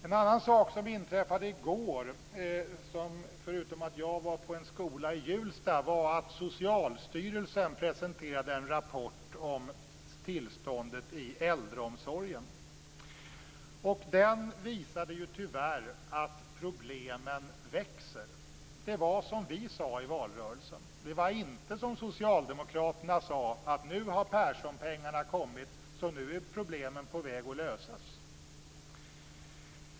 En annan sak som inträffade i går, förutom att jag var på en skola i Hjulsta, var att Socialstyrelsen presenterade en rapport om tillståndet i äldreomsorgen. Den visade tyvärr att problemen växer. Det var som vi sade i valrörelsen, det var inte som socialdemokraterna sade, att nu har Perssonpengarna kommit, så nu är problemen på väg att lösas.